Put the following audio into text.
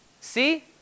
See